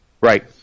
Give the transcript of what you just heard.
Right